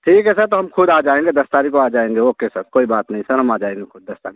ठीक है सर तो हम ख़ुद आ जाएंगे दस तारीख को आ जाएंगे ओके सर कोई बात नहीं सर हम आ जाएंगे खुद दस तारीख को